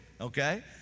okay